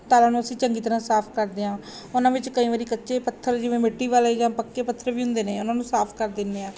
ਦਾਲਾਂ ਨੂੰ ਅਸੀਂ ਚੰਗੀ ਤਰ੍ਹਾਂ ਸਾਫ਼ ਕਰਦੇ ਹਾਂ ਉਹਨਾਂ ਵਿੱਚ ਕਈ ਵਾਰ ਕੱਚੇ ਪੱਥਰ ਜਿਵੇਂ ਮਿੱਟੀ ਵਾਲੇ ਜਾਂ ਪੱਕੇ ਪੱਥਰ ਵੀ ਹੁੰਦੇ ਨੇ ਉਹਨਾਂ ਨੂੰ ਸਾਫ਼ ਕਰ ਦਿੰਦੇ ਹਾਂ